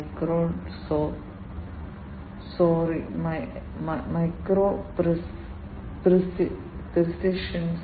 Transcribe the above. methane ശതമാനത്തിന് ഏകദേശം 24 ± 4 millivolt sensitivity ഉണ്ട്